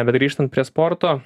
bet grįžtant prie sporto